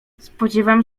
spodziewam